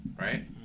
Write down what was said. right